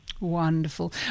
Wonderful